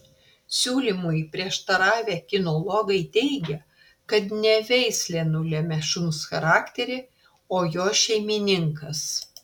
siūlymui prieštaravę kinologai teigia kad ne veislė nulemia šuns charakterį o jo šeimininkas